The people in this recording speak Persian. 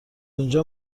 اونجا